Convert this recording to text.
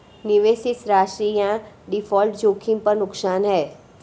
निवेशित राशि या डिफ़ॉल्ट जोखिम पर नुकसान है